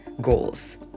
goals